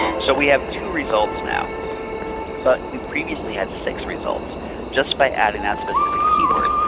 so we have two results now but we previously had six results just by adding that specific keyword.